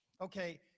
Okay